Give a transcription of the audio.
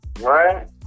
Right